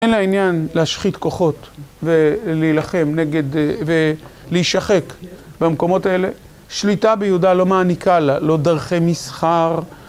אין לה עניין להשחית כוחות ולהילחם נגד, ולהישחק במקומות האלה. שליטה ביהודה לא מעניקה לה, לא דרכי מסחר.